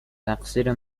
تقصیر